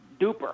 duper